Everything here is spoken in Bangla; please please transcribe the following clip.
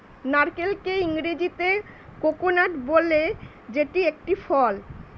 নারকেলকে ইংরেজিতে কোকোনাট বলে যেটি একটি ফল